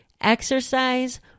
exercise